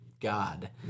God